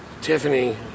Tiffany